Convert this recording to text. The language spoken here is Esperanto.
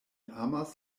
amas